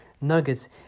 Nuggets